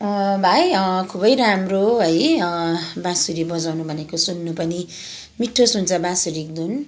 भाइ खुबै राम्रो है बाँसुरी बजाउनु भनेको सुन्नु पनि मिठो सुन्छ बाँसुरीको धुन